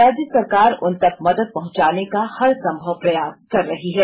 राज्य सरकार उनतक मदद पहंचाने का हर संभव प्रयास कर रही है